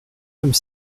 comme